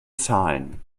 zahlen